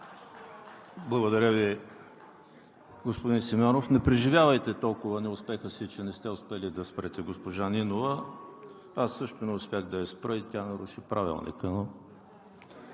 Благодаря Ви, господин Симеонов. Не преживявайте толкова неуспеха си, че не сте успели да спрете госпожа Нинова, аз също не успях да я спра и тя наруши Правилника,